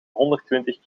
honderdtwintig